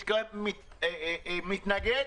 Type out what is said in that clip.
שמתנגד